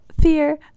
fear